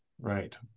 Right